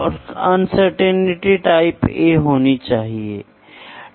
हमने mechanical measurement का अर्थ देखा है और फिर हमने देखा है कि माप की आवश्यकता क्या है